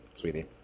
sweetie